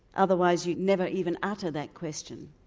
otherwise you'd never even utter that question.